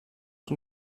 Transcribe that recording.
den